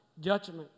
judgment